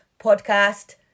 podcast